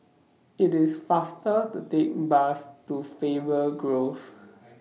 IT IS faster to Take Bus to Faber Grove